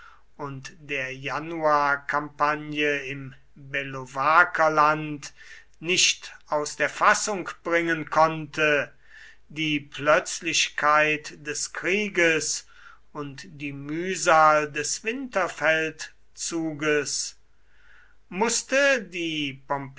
und der januarkampagne im bellovakerland nicht aus der fassung bringen konnte die